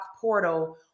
portal